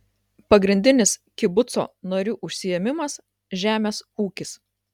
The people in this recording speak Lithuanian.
pagrindinis kibuco narių užsiėmimas žemės ūkis